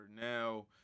Now